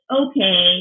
okay